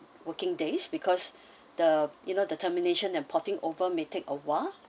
working days because the you know the termination and porting over may take a while